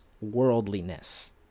worldliness